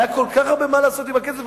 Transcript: יש כל כך הרבה מה לעשות עם הכסף.